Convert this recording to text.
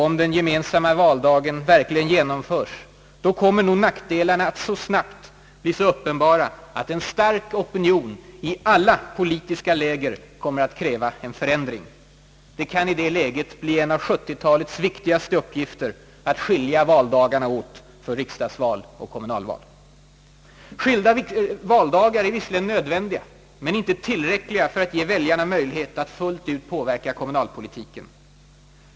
Om den gemensamma valdagen verkligen genomföres, kommer nog nackdelarna att snabbt bli så uppenbara att en stark opinion i alla politiska läger kommer att kräva en förändring. Det kan i detta läge bli en av 1970-talets viktigaste uppgifter att skilja valdagarna åt för riksdagsval och kommunalval. Skilda valdagar är visserligen nödvändiga men inte tillräckliga för att ge väljarna möjlighet att fullt ut påverka kommunalpolitiken.